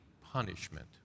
punishment